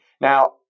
Now